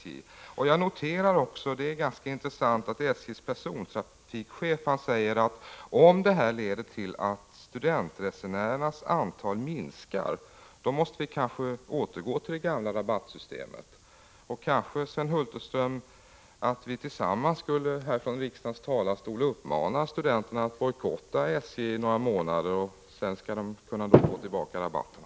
Jag noterar att SJ:s persontrafikchef säger, vilket är ganska intressant, att om det försämrade rabattsystemet leder till att studentresenärernas antal minskar, måste SJ kanske återgå till det gamla rabattsystemet. Kanske, Sven Hulterström, skulle vi tillsammans här i riksdagen uppmana studenterna att bojkotta SJ under några månader, så att de kan få tillbaka rabatterna?